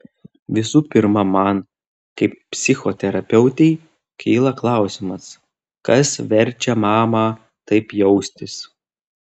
visų pirma man kaip psichoterapeutei kyla klausimas kas verčia mamą taip jaustis